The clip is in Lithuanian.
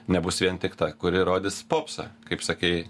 nebus vien tik ta kuri rodys popsą kaip sakei